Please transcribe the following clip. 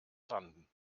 landen